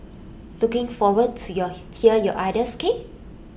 looking forward to hear your ideas